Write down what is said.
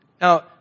Now